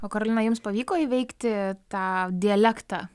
o karolina jums pavyko įveikti tą dialektą